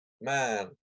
man